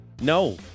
no